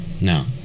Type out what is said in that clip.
Now